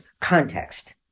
context